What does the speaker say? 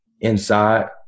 inside